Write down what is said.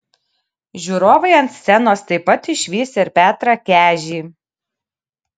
žiūrovai ant scenos taip pat išvys ir petrą kežį